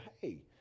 hey